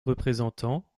représentant